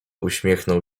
uśmiechnął